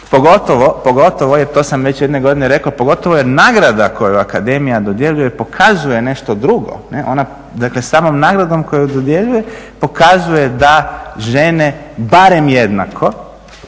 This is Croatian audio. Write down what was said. Pogotovo i to sam već jedne godine rekao, pogotovo je nagrada koju akademija dodjeljuje pokazuje nešto drugo, ona dakle samom nagradom koju dodjeljuje pokazuje da žene barem jednako